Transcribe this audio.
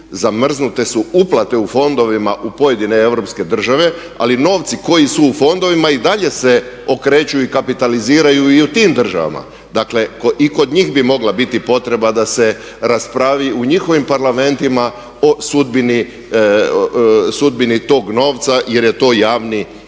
zamrznute su uplate u fondovima u pojedine Europske države ali novci koji su u fondovima i dalje se okreću i kapitaliziraju i u tim državama, dakle i kod njih bi mogla biti potreba da se raspravi u njihovim parlamentima o sudbini tog novca jer je to javni interes.